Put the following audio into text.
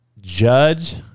judge